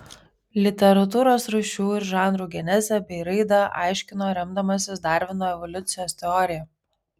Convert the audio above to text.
literatūros rūšių ir žanrų genezę bei raidą aiškino remdamasis darvino evoliucijos teorija